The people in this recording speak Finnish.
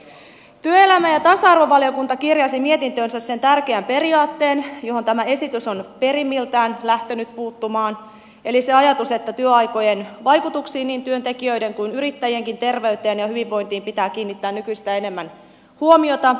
työelämä ja tasa arvovaliokunta kirjasi mietintöönsä sen tärkeän periaatteen johon tämä esitys on perimmiltään lähtenyt puuttumaan eli sen ajatuksen että työaikojen vaikutuksiin niin työntekijöiden kuin yrittäjienkin terveyteen ja hyvinvointiin pitää kiinnittää nykyistä enemmän huomiota